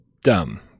dumb